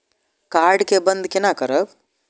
Card के बन्द केना करब?